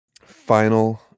Final